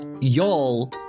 y'all